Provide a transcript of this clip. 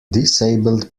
disabled